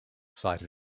cited